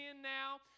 now